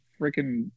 freaking